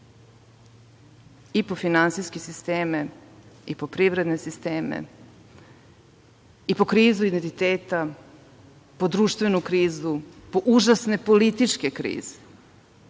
i po finansijske sisteme i po privredne sisteme i po krizu identiteta, po društvenu krizu, po užasne političke